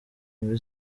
muri